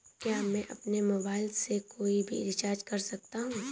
क्या मैं अपने मोबाइल से कोई भी रिचार्ज कर सकता हूँ?